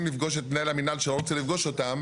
לפגוש את מנהל המנהל שלא רוצה לפגוש אותם,